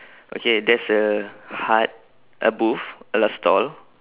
okay there's a hut a booth and a stall